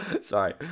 sorry